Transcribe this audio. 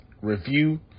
review